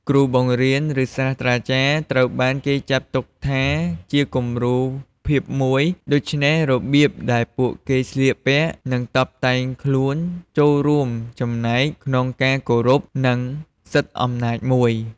គ្រូបង្រៀន ឬ សាស្ត្រាចារ្យត្រូវបានគេចាត់ទុកថាជាគំរូភាពមួយ ដូច្នេះរបៀបដែលពួកគេស្លៀកពាក់ និងតុបតែងខ្លួនចូលរួមចំណែកក្នុងការគោរព និងសិទ្ធអំណាចមួយ។